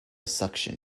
suction